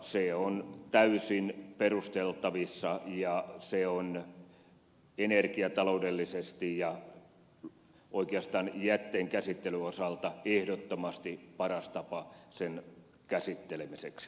se on täysin perusteltavissa ja se on energiataloudellisesti ja oikeastaan jätteenkäsittelyn osalta ehdottomasti paras tapa sen käsittelemiseksi